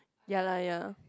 ya lah ya